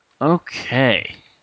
Okay